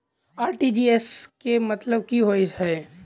RTGS केँ मतलब की होइ हय?